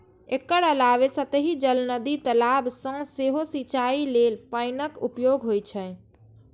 एकर अलावे सतही जल, नदी, तालाब सं सेहो सिंचाइ लेल पानिक उपयोग होइ छै